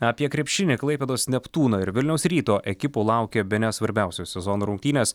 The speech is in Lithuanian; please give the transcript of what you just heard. apie krepšinį klaipėdos neptūno ir vilniaus ryto ekipų laukia bene svarbiausios sezono rungtynės